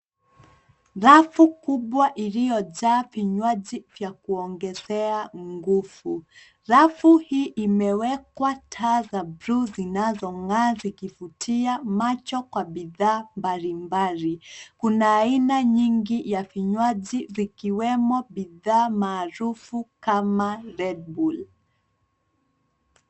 Rafu kubwa iliyojaa vinywaji vya kuongeza nguvu. Rafu hii imewekwa taa za bluu zinazong'aa zikivutia macho kwa bidhaa mbalimbali. Kuna aina nyingi ya vinywaji zikiwemo bidhaa maarufu kama Redbull.